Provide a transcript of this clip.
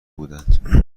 بودند